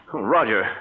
Roger